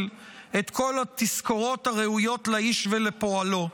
את כל התזכורות הראויות לאיש ולפועלו.